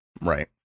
Right